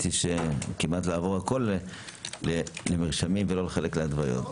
האמת היא כמעט עבור מרשמים, ולא לחלק להתוויות.